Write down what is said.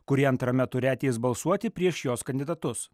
kurie antrame ture ateis balsuoti prieš jos kandidatus